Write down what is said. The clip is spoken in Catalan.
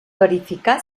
verificar